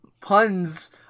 Puns